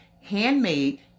handmade